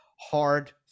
hard